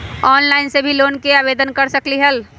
Online से भी loan के आवेदन कर सकलीहल?